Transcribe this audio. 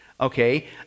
okay